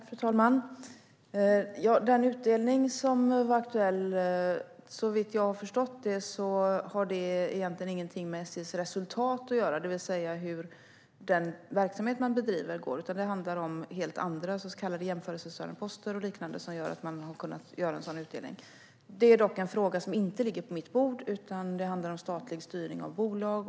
Fru talman! Den utdelning som var aktuell har såvitt jag förstår inget med SJ:s resultat att göra, det vill säga hur den verksamhet SJ bedriver går. Det är helt andra så kallade jämförelsestörande poster och liknande som gör att man har kunnat göra en sådan utdelning. Denna fråga ligger dock inte på mitt bord, för det handlar om statlig styrning av bolag.